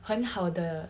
很好的